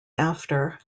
after